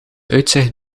uitzicht